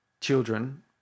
children